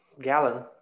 gallon